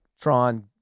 Tron